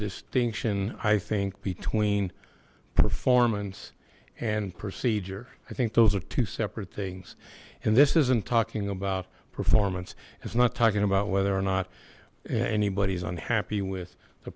distinction i think between performance and procedure i think those are two separate things and this isn't talking about performance it's not talking about whether or not anybody is unhappy with the